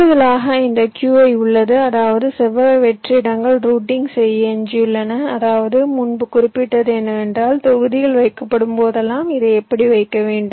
கூடுதலாக இந்த Qi உள்ளது அதாவது செவ்வக வெற்று இடங்கள் ரூட்டிங் செய்ய எஞ்சியுள்ளன அதாவது முன்பு குறிப்பிட்டது என்னவென்றால் தொகுதிகள் வைக்கும்போதெல்லாம் இதை இப்படி வைக்க வேண்டும்